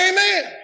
Amen